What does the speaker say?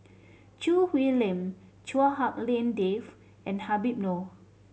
Choo Hwee Lim Chua Hak Lien Dave and Habib Noh